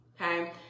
Okay